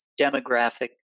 demographic